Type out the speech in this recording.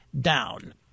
down